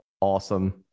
awesome